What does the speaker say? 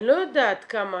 אני לא יודעת כמה,